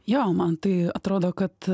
jo man tai atrodo kad